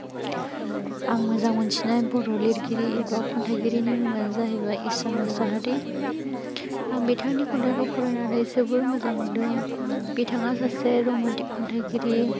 आं मोजां मोनथिनाय बर' लिरगिरि एबा खन्थियगिरिनि मुङानो जाहैबाय इसान मुसाहारि आं बिथांनि खन्थाइखौ फरायनानै जोबोर मोजां मोनदों बिथाङा सासे रमान्टिक खन्थाइगिरि